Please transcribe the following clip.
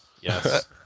Yes